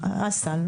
האסל.